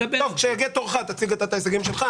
כשיגיע תורך תציג את ההישגים שאתה רואה.